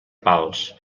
pals